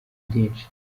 byinshi